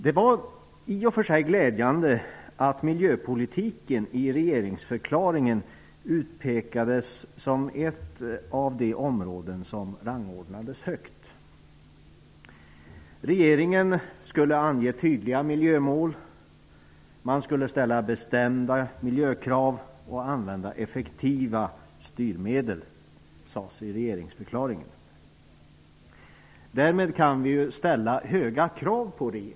Det var i och för sig glädjande att miljöpolitiken utpekades som ett av de områden som rangordnades högt i regeringsförklaringen. Regeringen skulle ange tydliga miljömål. Det sades i regeringsförklaringen att man skulle ställa bestämda miljökrav och använda effektiva styrmedel. Därmed kan vi ställa höga krav på regeringen.